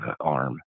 arm